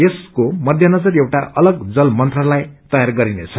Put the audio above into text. यसैको मध्यनजर एउटा अलग जल मन्त्रालय तयार गरिनेछ